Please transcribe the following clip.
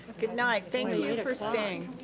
good night. thank you for staying.